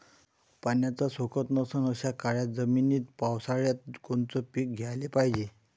पाण्याचा सोकत नसन अशा काळ्या जमिनीत पावसाळ्यात कोनचं पीक घ्याले पायजे?